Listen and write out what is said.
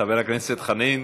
חבר הכנסת חנין.